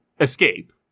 escape